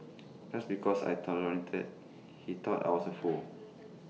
just because I tolerated he thought I was A fool